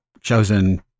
chosen